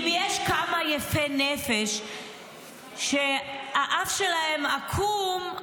אם יש כמה יפי נפש שהאף שלהם עקום,